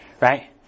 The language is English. right